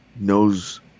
knows